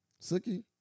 Suki